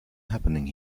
happening